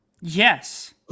Yes